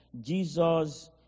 Jesus